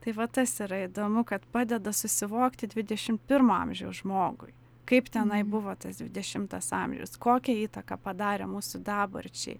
tai va tas yra įdomu kad padeda susivokti dvidešim pirmo amžiaus žmogui kaip tenai buvo tas dvidešimtas amžius kokią įtaką padarė mūsų dabarčiai